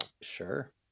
Sure